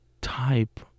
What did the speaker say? type